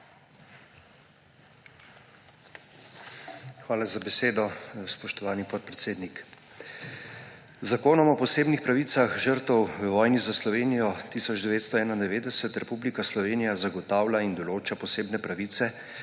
Hvala za besedo, spoštovani podpredsednik. Z zakonom o posebnih pravicah žrtev v vojni za Slovenijo 1991 Republika Slovenija zagotavlja in določa posebne pravice